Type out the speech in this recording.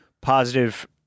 positive